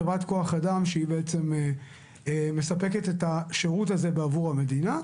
חברת כוח אדם שהיא בעצם מספקת את השירות הזה בעבור המדינה.